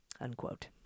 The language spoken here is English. Unquote